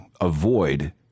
avoid